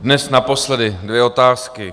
Dnes naposledy dvě otázky.